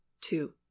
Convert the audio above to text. two